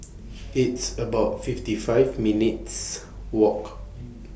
It's about fifty five minutes' Walk to Jalan Ketumbit